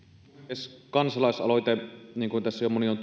puhemies kansalaisaloite niin kuin tässä jo moni on